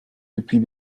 depuis